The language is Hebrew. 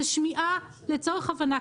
זה שמיעה לצורך הבנה.